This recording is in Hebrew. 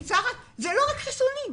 העיסוק הוא לא רק בחיסונים,